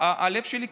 הלב שלי כואב,